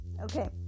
Okay